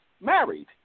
married